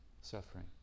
suffering